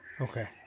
Okay